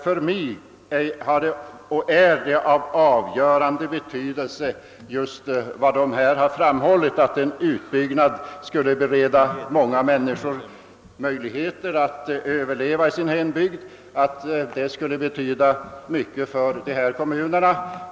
För mig är det av avgörande betydelse att en utbyggnad, som här påpekats, skulle bereda många människor möjlighet att leva kvar i hembygden och att den således skulle betyda mycket för de ifrågavarande kommunerna.